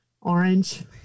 Orange